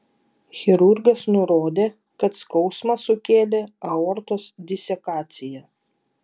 chirurgas nurodė kad skausmą sukėlė aortos disekacija